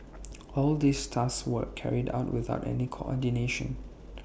all these tasks were carried out without any coordination